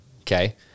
Okay